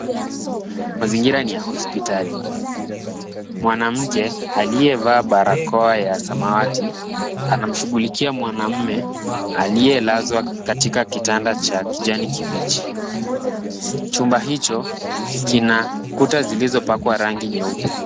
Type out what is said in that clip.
Mazingira ni ya hospitali, mwanamke aliyevaa barakoa ya samawati, anamshughulikia mwanamume aliyelazwa katika kitanda cha kijani kibichi, chumba hicho kina kuta zilizopakwa rangi nyeupe.